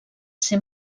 ser